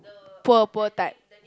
poor poor type